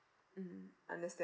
mm understand